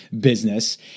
business